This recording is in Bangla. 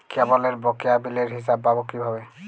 কেবলের বকেয়া বিলের হিসাব পাব কিভাবে?